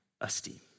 esteem